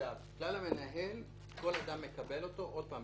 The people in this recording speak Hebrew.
שכל חייב מקבל אותו עוד פעם,